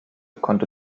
konnte